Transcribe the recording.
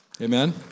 Amen